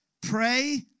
pray